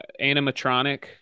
animatronic